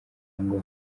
ngo